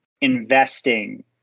investing